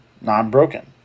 Non-broken